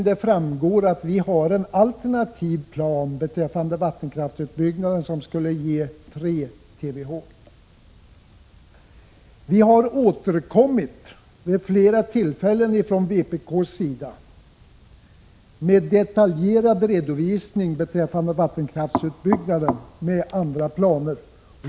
Det framgår där att vi har en alternativ plan beträffande vattenkraftsutbyggnaden som skulle ge 3 TWh. Vi har från vpk:s sida återkommit vid flera tillfällen med detaljerad redovisning beträffande vattenkraftsutbyggnaden med andra planer.